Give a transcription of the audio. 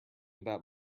about